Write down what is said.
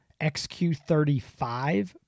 XQ35